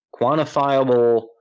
quantifiable